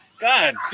God